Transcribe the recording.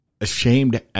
ashamed